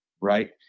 right